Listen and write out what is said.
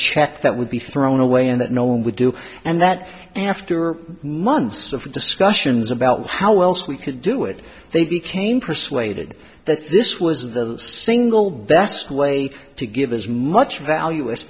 check that would be thrown away and that no one would do and that after months of discussions about how else we could do it they became persuaded that this was the single best way to give as much value